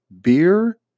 beer